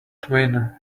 twin